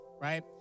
right